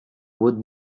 would